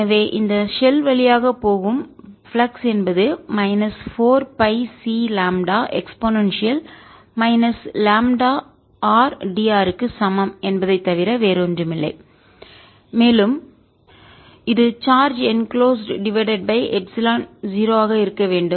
எனவே இந்த ஷெல் வழியாகப் போகும் ஃப்ளக்ஸ் என்பது மைனஸ் 4 பைC லாம்ப்டாe λr dr க்கு சமம் என்பதை தவிர வேறொன்றுமில்லை மேலும் இது charge enclosed divided by epsilon 0 ஆக இருக்க வேண்டும்